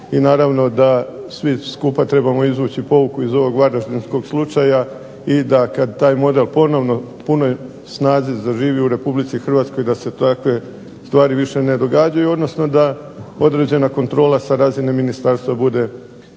naravno da svi skupa trebamo izvući pouku iz ovog Varaždinskog slučaja i da kada taj model ponovno u punoj snazi zaživi u Republici Hrvatskoj da se takve stvari više ne događaju odnosno da određena kontrola sa razine Ministarstva bude veća